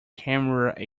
camera